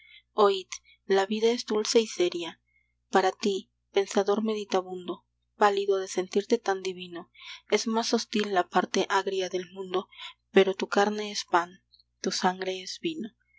oid la vida es dulce y seria para ti pensador meditabundo pálido de sentirte tan divino es más hostil la parte agria del mundo pero tu carne es pan tu sangre es vino